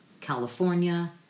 California